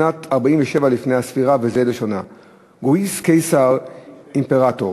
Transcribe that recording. בשנת 47 לפני הספירה, וזה לשונה: "קיסר אימפרטור